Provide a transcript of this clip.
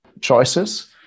choices